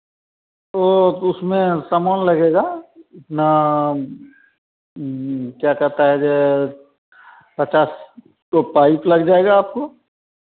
तो उसमें समान लगेगा अपना क्या कहता है यह पचास तो पाइप लग जाएगा आपको